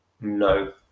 no